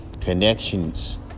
Connections